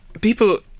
People